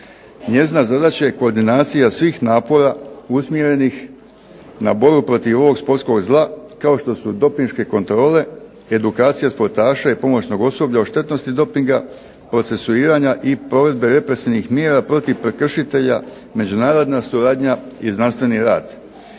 Njezina je zadaća koordinacija svih napora usmjerenih na borbu protiv ovog sportskog zla kao što su dopinške kontrole, edukacija sportaša i pomoćnog osoblja o štetnosti dopinga, procesuiranja i provedbe represivnih mjera protiv prekršitelja međunarodna suradnja i znanstveni rad.